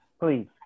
Please